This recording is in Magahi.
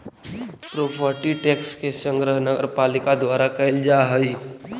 प्रोपर्टी टैक्स के संग्रह नगरपालिका द्वारा कैल जा हई